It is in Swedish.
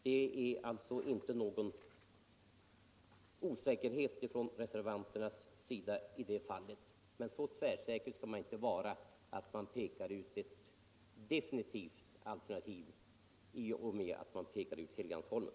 Det är alltså ingen osäkerhet från reservanternas sida i det fallet, så tvärsäker skall man inte vara att man pekar ut ett definitivt alternativ på Helgeandsholmen i och med att man pekar ut själva Helgeandsholmen.